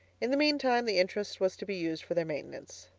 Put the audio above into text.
in the meantime the interest was to be used for their maintenance.